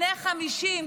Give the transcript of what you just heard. בני 50,